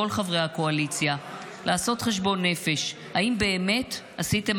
חברי הקואליציה לעשות חשבון נפש: האם באמת עשיתם